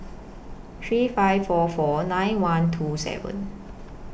three five four four nine one two seven